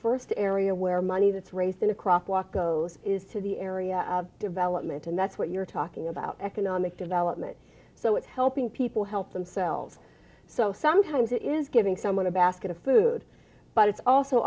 first area where money that's raised in a crosswalk goes is to the area of development and that's what you're talking of economic development so it's helping people help themselves so sometimes it is giving someone a basket of food but it's also